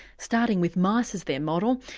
starting with mice as their model,